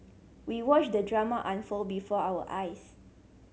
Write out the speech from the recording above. we watched the drama unfold before our eyes